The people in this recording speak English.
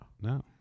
No